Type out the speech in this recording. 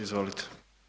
Izvolite.